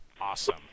awesome